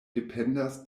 dependas